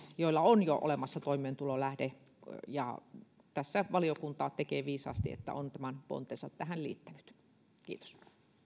joilla on jo olemassa toimeentulolähde ja tässä valiokunta tekee viisaasti että on tämän pontensa tähän liittänyt kiitos